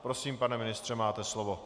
Prosím, pane ministře, máte slovo.